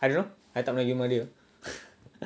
I don't know I tak pernah pergi rumah dia